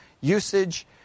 usage